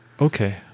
Okay